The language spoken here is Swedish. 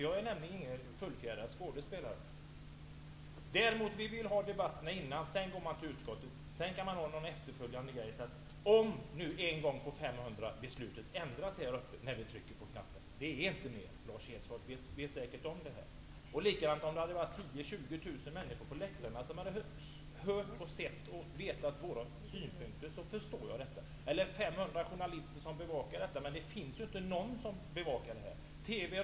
Jag är nämligen inte någon fullfjädrad skådespelare. Vi vill att debatterna skall föras innan ärendet tas upp i utskotten. Sedan kan man ha någon efterföljande debatt. Det är kanske en gång på 500 som det blir ett annat beslut här i kammaren än det som har fattats i utskotten. Det är inte oftare. Lars Hedfors vet säkert det. Om det skulle vara 10 000-20 000 människor på läktarna som hör och ser oss och känner till våra synpunkter, eller om det skulle vara 500 journalister som bevakar debatterna, hade jag förstått detta.